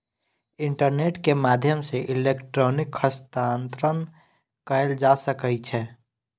internet के माध्यम सॅ इलेक्ट्रॉनिक हस्तांतरण कयल जा सकै छै